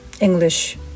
English